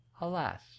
alas